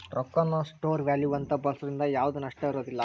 ರೊಕ್ಕಾನ store value ಅಂತ ಬಳ್ಸೋದ್ರಿಂದ ಯಾವ್ದ್ ನಷ್ಟ ಇರೋದಿಲ್ಲ